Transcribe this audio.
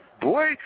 boy